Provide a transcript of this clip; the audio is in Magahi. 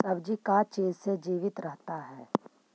सब्जी का चीज से जीवित रहता है?